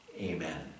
Amen